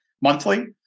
monthly